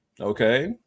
Okay